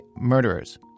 murderers